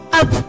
up